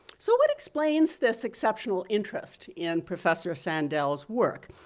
so what explains this exceptional interest in professor sandel's work?